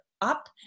up